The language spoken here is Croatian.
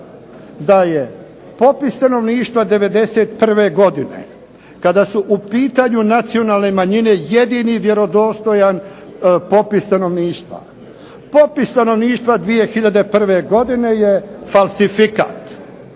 da je popis stanovništva '91. godine kada su u pitanju nacionalne manjine jedini vjerodostojan popis stanovništva. Popis stanovništva 2001. godine je falsifikat.